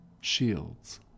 shields